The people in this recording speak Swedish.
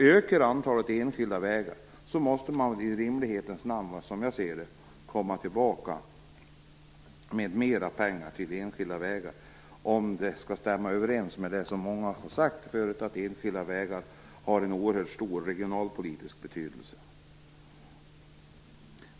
Ökar antalet enskilda vägar måste man väl i rimlighetens namn komma tillbaka med mera pengar till dessa, som jag ser det, om det skall stämma överens med det som många har sagt om att enskilda vägar har en oerhört stor regionalpolitisk betydelse.